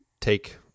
take